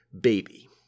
baby